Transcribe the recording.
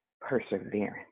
perseverance